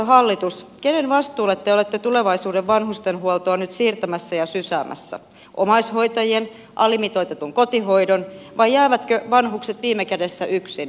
kenen vastuulle te olette tulevaisuuden vanhustenhuoltoa nyt siirtämässä ja sysäämässä omaishoitajien alimitoitetun kotihoidon vai jäävätkö vanhukset viime kädessä yksin